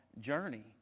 journey